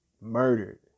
murdered